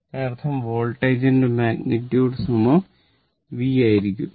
അതിനർത്ഥം വോൾട്ടേജിന്റെ magnitude V ആയിരിക്കും